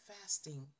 fasting